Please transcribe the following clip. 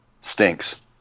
stinks